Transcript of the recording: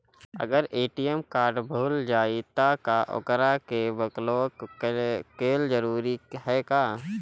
अगर ATM card भूला जाए त का ओकरा के बलौक कैल जरूरी है का?